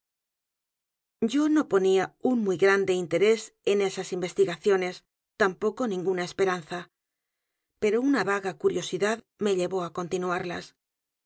yo no ponía un muy g r a n d e interés en esas investigaciones tampoco n i n g u n a esperanza pero una v a g a curiosidad me llevó á continuarlas